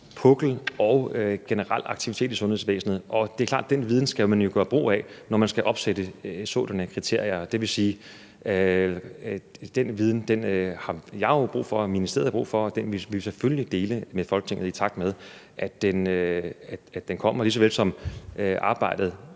puklen og generel aktivitet i sundhedsvæsenet. Og det er klart, at den viden skal man jo gøre brug af, når man skal opsætte sådanne kriterier. Og det vil sige, at den viden har jeg jo brug for, og ministeriet har brug for den, og den vil vi selvfølgelig dele med Folketinget, i takt med at den kommer, lige så vel som jeg